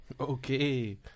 okay